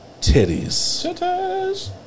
Titties